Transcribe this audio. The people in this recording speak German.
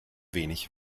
wenig